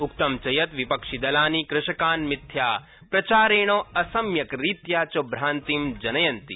उक्तं च यत् विपक्षिदलानि कृषकान् मिथ्याप्रचारेण असम्यकरीत्या च भ्रातिं जनयन्ति